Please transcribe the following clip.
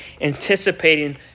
anticipating